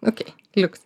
okei liuks